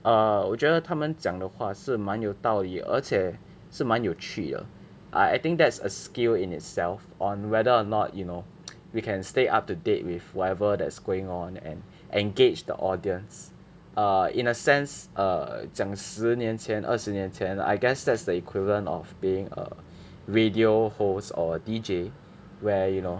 err 我觉得他们讲的话是蛮有道理而且是蛮有趣的 I I think that's a skill in itself on whether or not you know we can stay up to date with whatever that's going on and engage the audience err in a sense err 整十年前二十年前 I guess that's the equivalent of being a radio host or D_J where you know